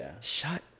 Shut